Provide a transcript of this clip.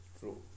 true